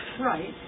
Right